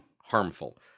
harmful